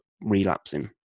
relapsing